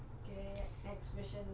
okay then next question